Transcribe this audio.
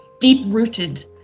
deep-rooted